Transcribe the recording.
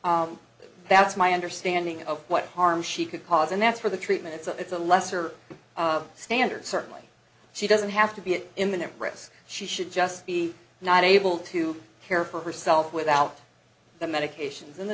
others that's my understanding of what harm she could cause and that's for the treatment so it's a lesser standard certainly she doesn't have to be an imminent risk she should just be not able to care for herself without the medications and the